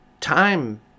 time